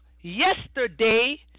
yesterday